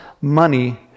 money